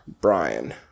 Brian